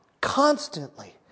constantly